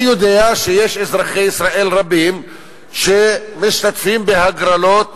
אני יודע שאזרחי ישראל רבים משתתפים בהגרלות